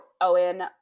Owen